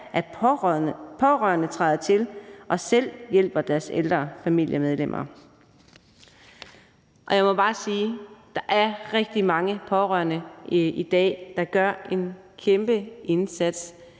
at pårørende træder til og selv hjælper deres ældre familiemedlemmer. Kl. 20:34 Jeg må bare sige, at der er rigtig mange pårørende i dag, der gør en kæmpe indsats,